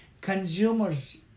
consumers